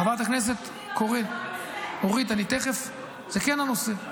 חברת הכנסת אורית, אני תכף, זה כן הנושא.